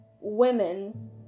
women